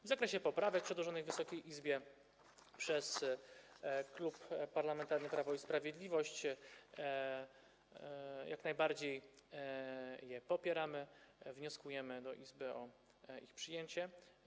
W zakresie poprawek przedłożonych Wysokiej Izbie przez Klub Parlamentarny Prawo i Sprawiedliwość chcę powiedzieć, że jak najbardziej je popieramy, wnioskujemy do Izby o ich przyjęcie.